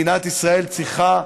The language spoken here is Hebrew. מדינת ישראל צריכה,